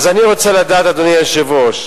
אז אני רוצה לדעת, אדוני היושב-ראש,